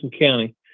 County